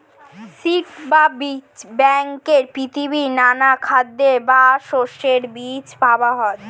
seed বা বীজ ব্যাংকে পৃথিবীর নানা খাদ্যের বা শস্যের বীজ পাওয়া যায়